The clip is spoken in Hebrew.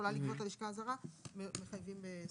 שיכולה לגבות הלשכה הזרה, מחייבים כאן בסכום נוסף.